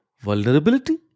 vulnerability